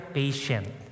patient